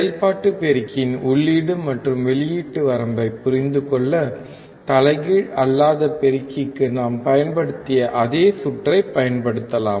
செயல்பாட்டு பெருக்கியின் உள்ளீடு மற்றும் வெளியீட்டு வரம்பைப் புரிந்து கொள்ள தலைகீழ் அல்லாத பெருக்கிக்கு நாம் பயன்படுத்திய அதே சுற்றைப் பயன்படுத்தலாம்